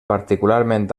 particularment